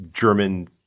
German